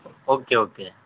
okay okay